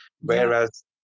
Whereas